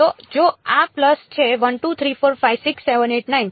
તો જો આ પલ્સ છે 1 2 3 4 5 6 7 8 9